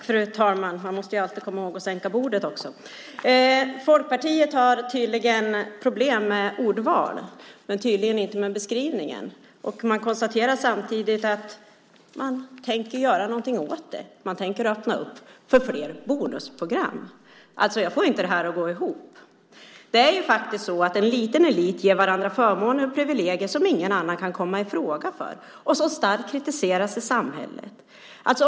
Fru talman! Folkpartiet har tydligen problem med ordval men inte med beskrivningen. Man konstaterar samtidigt att man tänker göra något åt det. Man tänker öppna upp för fler bonusprogram. Jag får inte det här att gå ihop. Det är faktiskt så att en liten elit ger varandra förmåner och privilegier som ingen annan kan komma i fråga för och som starkt kritiseras i samhället.